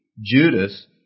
Judas